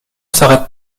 s’arrête